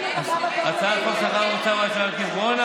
הצעת חוק השכר הממוצע (הוראת שעה, נגיף הקורונה